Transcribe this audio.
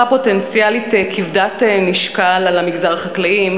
פוטנציאלית כבדת משקל על המגזר החקלאי.